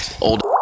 Old